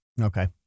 Okay